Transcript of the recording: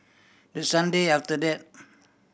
the Sunday after that